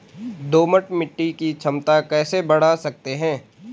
दोमट मिट्टी की क्षमता कैसे बड़ा सकते हैं?